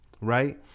Right